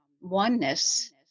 oneness